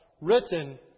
written